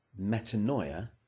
Metanoia